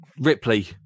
ripley